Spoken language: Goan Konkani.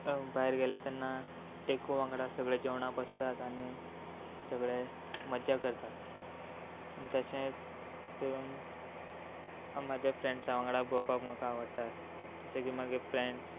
भायर गेले तेन्ना एकू वांगडा सगळे जेवणां बसतात आनी सगळे मज्जा करतात आनी तशे करून म्हाज्या फ्रेंड्सां वांगडा भोवपाक म्हाका आवडटा जशे की म्हाका फ्रेंड्स